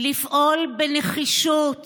לפעול בנחישות